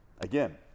Again